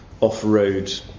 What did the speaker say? off-road